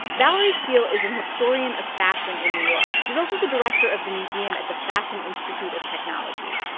valerie steele is an historian of fashion in new york. she's also the director of the museum at the fashion institute of technology.